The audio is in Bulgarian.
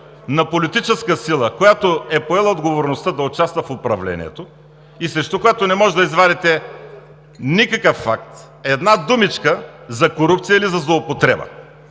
на политическа сила, която е поела отговорността да участва в управлението и срещу която не може да извадите никакъв факт, една думичка за корупция или за злоупотреба,